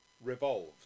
revolved